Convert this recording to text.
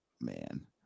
Man